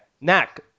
Neck